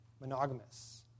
monogamous